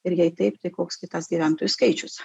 ir jei taip tai koks gi tas gyventojų skaičius